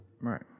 Right